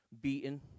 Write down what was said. beaten